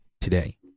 today